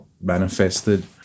manifested